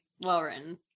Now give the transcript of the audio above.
well-written